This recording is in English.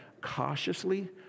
cautiously